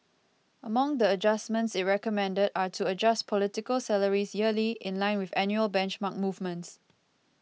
among the adjustments it recommended are to adjust political salaries yearly in line with annual benchmark movements